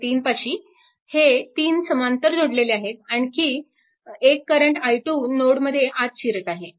node 3 पाशी हे तीन समांतर जोडलेले आहेत आणि आणखी एक करंट i 2 नोडमध्ये आत शिरत आहे